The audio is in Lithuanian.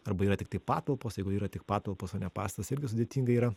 arba yra tiktai patalpos jeigu yra tik patalpos o ne pastas irgi sudėtinga yra